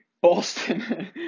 Boston